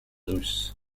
russes